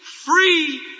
free